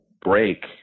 break